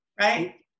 Right